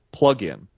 plugin